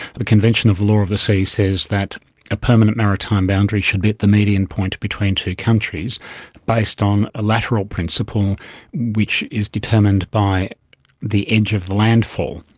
the convention of law of the sea says that a permanent maritime boundary should be at the median point between two countries based on a lateral principle which is determined by the edge of the landfall,